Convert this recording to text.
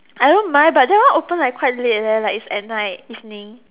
I don't mind but that one open like quite late leh like is at night evening